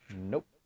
Nope